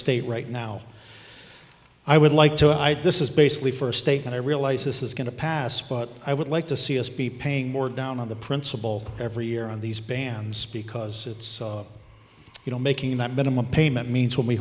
state right now i would like to i'd this is basically for a state and i realize this is going to pass but i would like to see us be paying more down on the principle every year on these bands because it's you know making that minimum payment means when we